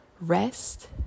rest